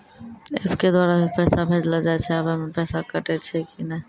App के द्वारा भी पैसा भेजलो जाय छै आबै मे पैसा कटैय छै कि नैय?